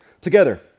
Together